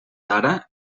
ara